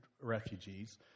refugees